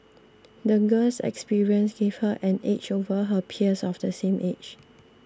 the girl's experiences gave her an edge over her peers of the same age